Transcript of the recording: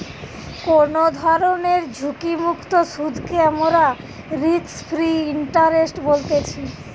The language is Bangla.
কোনো ধরণের ঝুঁকিমুক্ত সুধকে মোরা রিস্ক ফ্রি ইন্টারেস্ট বলতেছি